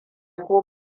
ko